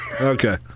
Okay